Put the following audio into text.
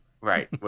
Right